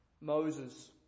Moses